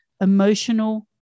emotional